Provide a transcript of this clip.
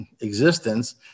existence